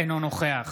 אינו נוכח